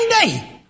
day